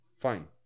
Fine